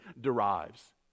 derives